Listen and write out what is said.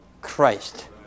Christ